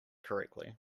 correctly